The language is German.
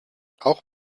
auch